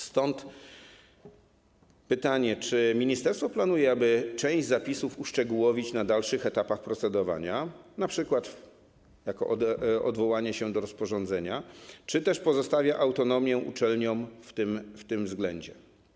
Stąd pytanie: Czy ministerstwo planuje, aby część zapisów uszczegółowić na dalszych etapach procedowania, np. przez odwołanie się do rozporządzenia, czy też pozostawia uczelniom autonomię w tym względzie?